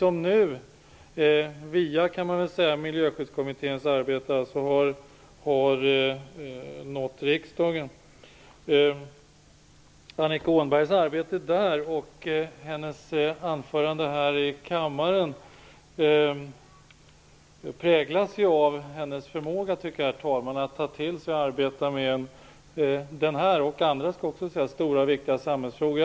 Den tanken har nu via Annika Åhnbergs arbete där och hennes anförande här i kammaren präglas av hennes förmåga att ta till sig och arbeta med denna fråga och andra stora och viktiga samhällsfrågor.